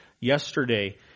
yesterday